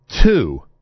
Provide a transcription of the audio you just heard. Two